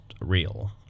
real